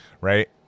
Right